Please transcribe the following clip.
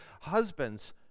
Husbands